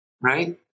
Right